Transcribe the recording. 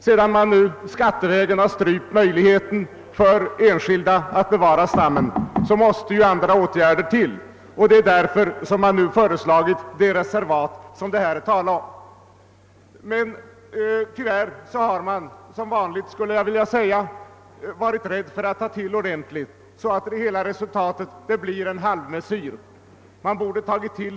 Sedan man skattevägen har strypt möjligheten för enskilda att bevara hjortstammen måste andra åtgärder till, och det är därför som man har föreslagit det reservat som det här gäller. Tyvärr har man, som vanligt skulle jag vilja säga, varit rädd för att ta till ordentligt, och resultatet har därför blivit en halvmesyr.